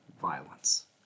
violence